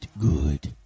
good